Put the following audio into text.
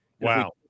Wow